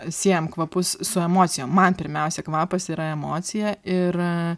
siejam kvapus su emocija man pirmiausia kvapas yra emocija ir